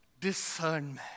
discernment